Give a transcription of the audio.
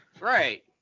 Right